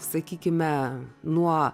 sakykime nuo